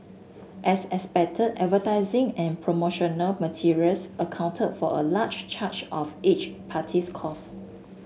as expected advertising and promotional materials accounted for a large charge of each party's costs